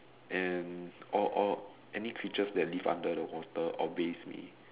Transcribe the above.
and all all any creatures that live under the water obeys me